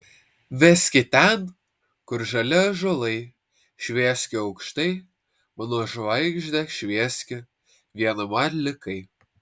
veski ten kur žali ąžuolai švieski aukštai mano žvaigžde švieski viena man likai